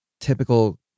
typical